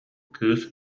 кыыс